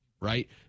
right